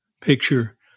picture